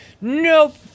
Nope